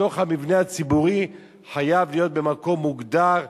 בתוך המבנה הציבורי חייבים להיות במקום מוגדר,